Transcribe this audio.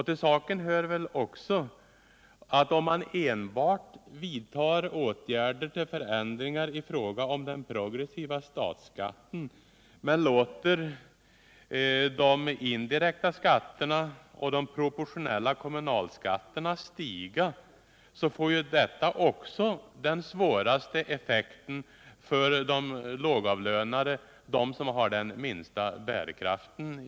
Till saken hör också att om man därutöver låter de indirekta skatterna och de proportionella kommunala skatterna stiga, så får också detta den svåraste effekten för de lågavlönade, de i samhället som har den minsta bärkraften.